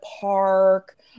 park